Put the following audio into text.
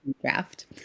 draft